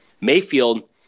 Mayfield